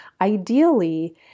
Ideally